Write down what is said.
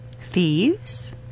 Thieves